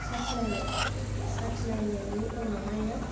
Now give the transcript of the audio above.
साखिनायबाय साखिनायनायनि उनावहायो